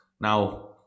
Now